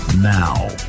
Now